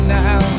now